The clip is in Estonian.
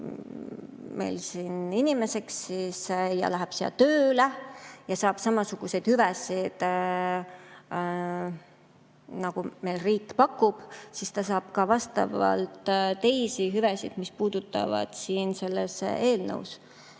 meil siin alaliseks inimeseks ja läheb siin tööle ja saab samasuguseid hüvesid, nagu meie riik pakub, siis ta saab ka vastavalt teisi hüvesid, mis on selles eelnõus.